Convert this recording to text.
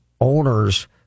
owners